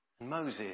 Moses